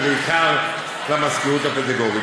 ובעיקר למזכירות הפדגוגית.